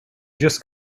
just